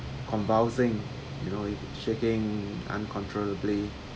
convulsing you know shaking uncontrollably